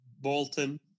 Bolton